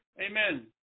Amen